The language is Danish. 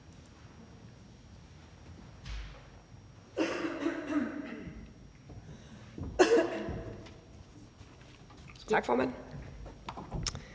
Tak, formand.